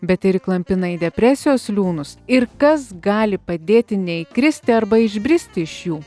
bet ir įklampina į depresijos liūnus ir kas gali padėti neįkristi arba išbristi iš jų